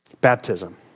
Baptism